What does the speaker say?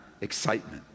excitement